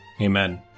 Amen